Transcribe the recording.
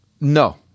No